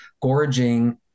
gorging